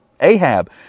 Ahab